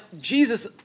Jesus